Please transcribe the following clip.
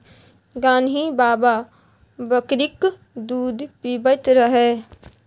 गान्ही बाबा बकरीक दूध पीबैत रहय